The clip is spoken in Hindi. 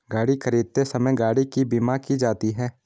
गाड़ी खरीदते समय गाड़ी की बीमा की जाती है